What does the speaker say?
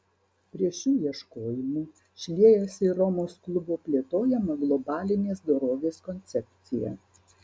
prie šių ieškojimų šliejasi ir romos klubo plėtojama globalinės dorovės koncepcija